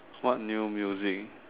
what new music